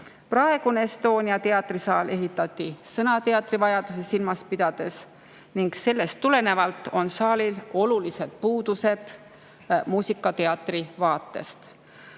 Praegune Estonia teatrisaal ehitati sõnateatri vajadusi silmas pidades ning sellest tulenevalt on saalil olulised puudused muusikateatri vaatest.